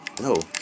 No